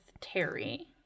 Terry